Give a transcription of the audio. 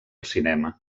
cinema